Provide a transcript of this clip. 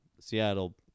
Seattle